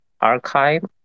archive